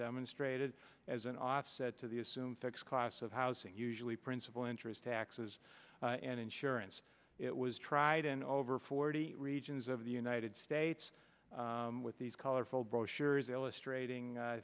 demonstrated as an offset to the assumed sex class of housing usually principal interest taxes and insurance it was tried in over forty regions of the united states with these colorful brochures illustrating